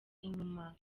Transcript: inyuma